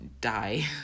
die